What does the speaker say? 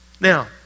Now